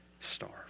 starve